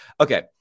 Okay